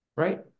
right